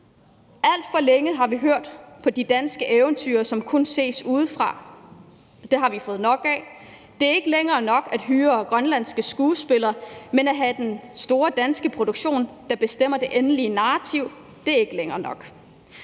Alt for længe har vi hørt på de danske eventyrere, som kun ser på os udefra. Det har vi fået nok af. Det er ikke længere nok at hyre grønlandske skuespillere, mens det er den store danske produktion, der bestemmer det endelige narrativ. Det er ikke længere nok,